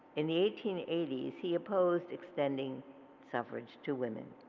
in the eighteen eighty s, he opposed extending suffrage to women.